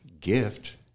gift